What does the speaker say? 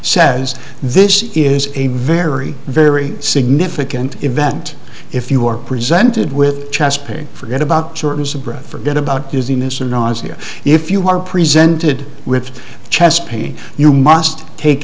says this is a very very significant event if you are presented with chest pain forget about shortness of breath forget about dizziness and nausea if you are presented with chest pain you must take